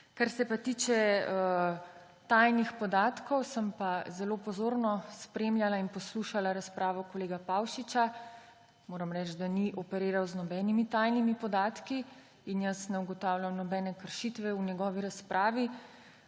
Kar se pa tiče tajnih podatkov, sem pa zelo pozorno spremljala in poslušala razpravo kolega Pavšiča. Moram reči, da ni operiral z nobenimi tajnimi podatki, in jaz ne ugotavljam nobene kršitve v njegovi razpravi.